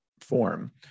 form